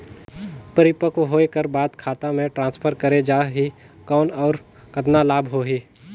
परिपक्व होय कर बाद खाता मे ट्रांसफर करे जा ही कौन और कतना लाभ होही?